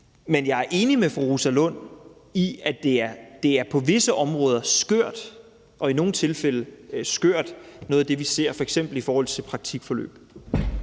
Men jeg er enig med fru Rosa Lund i, at det på visse områder er skørt, og at noget af det, vi ser f.eks. i forhold til praktikforløb,